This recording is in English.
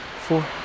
four